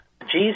Jesus